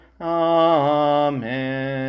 Amen